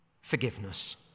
Forgiveness